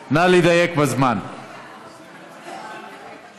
ראשונה ותועבר לדיון בוועדת